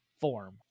form